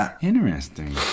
interesting